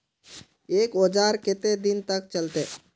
एक औजार केते दिन तक चलते?